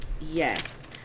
Yes